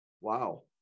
Wow